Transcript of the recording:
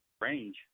Range